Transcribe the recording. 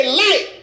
light